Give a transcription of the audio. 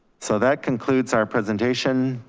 so that concludes our presentation.